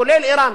כולל אירן.